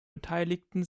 beteiligten